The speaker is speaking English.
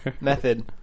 method